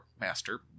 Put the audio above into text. master